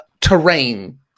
terrain